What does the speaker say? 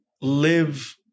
live